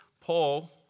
Paul